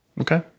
okay